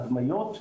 דיברנו על ההדמיות,